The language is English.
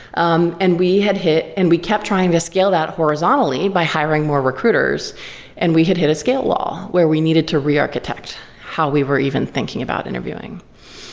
um and we had hit and we kept trying to scale that horizontally by hiring more recruiters and we had hit a scale wall, where we needed to rearchitect how we were even thinking about interviewing.